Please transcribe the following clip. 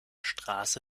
straße